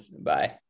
Bye